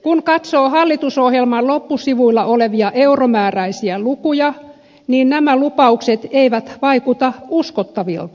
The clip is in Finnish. kun katsoo hallitusohjelman loppusivuilla olevia euromääräisiä lukuja niin nämä lupaukset eivät vaikuta uskottavilta